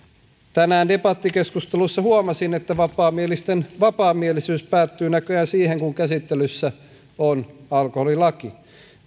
tänään debattikeskustelussa huomasin että vapaamielisten vapaamielisyys päättyy näköjään siihen kun käsittelyssä on alkoholilaki